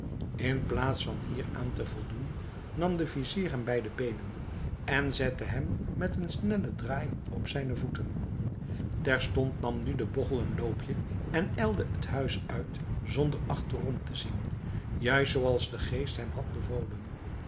in plaats van hieraan te voldoen nam de vizier hem bij de beenen en zette hem met een snellen draai op zijne voeten terstond nam nu de bogchel een loopje en ijlde het huis uit zonder achterom te zien juist zoo als de geest hem had bevolen